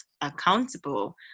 accountable